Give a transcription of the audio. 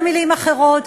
במילים אחרות.